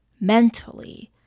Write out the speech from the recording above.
mentally